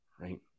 right